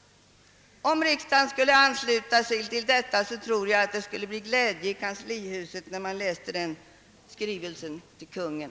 — om riksdagen skulle ansluta sig till denna, tror jag att glädjen skulle bli stor i kanslihuset vid läsningen av den skrivelsen till Konungen!